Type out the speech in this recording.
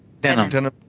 Denim